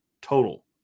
total